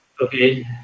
Okay